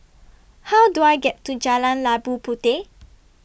How Do I get to Jalan Labu Puteh